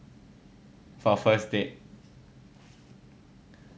for first date